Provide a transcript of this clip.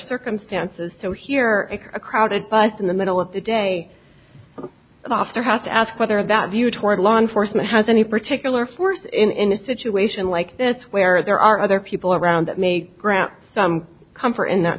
circumstances so here at a crowded bus in the middle of the day off there have to ask whether that view toward law enforcement has any particular forth in a situation like this where there are other people around that may grant some comfort in that